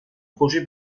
projet